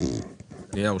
מי נמנע?